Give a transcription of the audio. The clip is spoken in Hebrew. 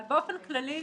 אבל באופן כללי,